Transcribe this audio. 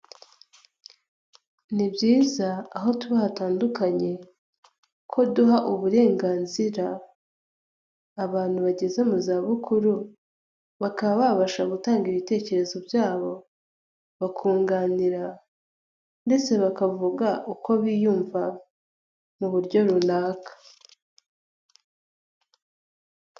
Ni byiza aho tuba hatandukanye ko duha uburenganzira abantu bageze mu za bukuru, bakaba babasha gutanga ibitekerezo byabo bakunganira ndetse bakavuga uko biyumva mu buryo runaka.